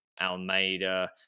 Almeida